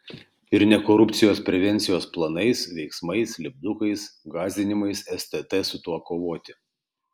ir ne korupcijos prevencijos planais veiksmais lipdukais gąsdinimais stt su tuo kovoti